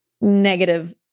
negative